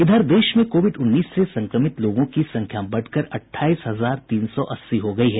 इधर देश में कोविड उन्नीस से संक्रमित लोगों की संख्या बढ़कर अठाईस हजार तीन सौ अस्सी हो गई है